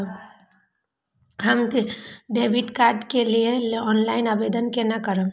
हम debit card के लिए ऑनलाइन आवेदन केना करब?